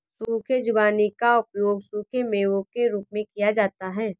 सूखे खुबानी का उपयोग सूखे मेवों के रूप में किया जाता है